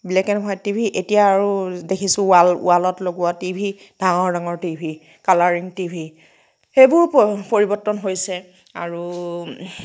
black and white TV এতিয়া আৰু দেখিছোঁ ৱাল ৱালত লগোৱা টিভি ডাঙৰ ডাঙৰ টিভি কালাৰিং টিভি সেইবোৰ পৰিৱৰ্তন হৈছে আৰু